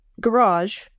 garage